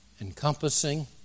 encompassing